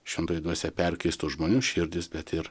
šventoji dvasia perkeistų žmonių širdis bet ir